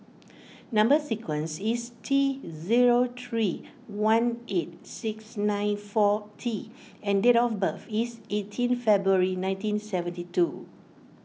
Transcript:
Number Sequence is T zero three one eight six nine four T and date of birth is eighteen February nineteen seventy two